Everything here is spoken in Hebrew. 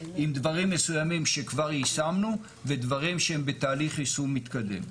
עם דברים מסוימים שכבר יישמנו ודברים שהם בתהליך יישום מתקדם.